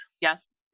Yes